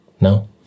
No